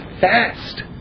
fast